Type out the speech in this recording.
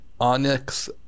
Onyx